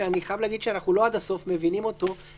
שאני חייב להגיד שאנחנו לא עד הסוף מבינים ולא